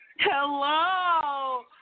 Hello